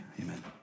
Amen